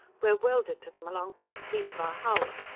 we're welded to them along twenty feet of our hull!